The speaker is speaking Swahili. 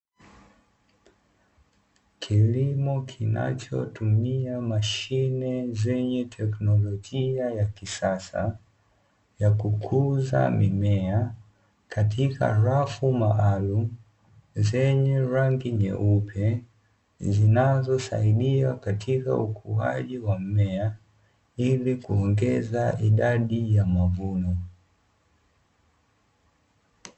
Kilimo kinachotumia mashine zenye teknolojia ya kisasa, ya kukuza mimea katika rafu maalumu zenye rangi nyeupe, zinazosaidia katika ukuaji wa mmea, ili kuongeza idadi ya mavuno.